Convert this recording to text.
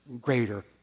greater